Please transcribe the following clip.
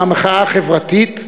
עם המחאה החברתית,